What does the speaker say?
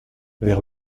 vers